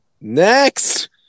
Next